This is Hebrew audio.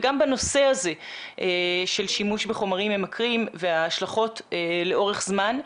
וגם בנושא הזה של שימוש בחומרים ממכרים וההשלכות לאורך זמן.